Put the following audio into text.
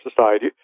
society